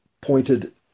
pointed